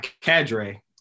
cadre